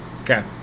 Okay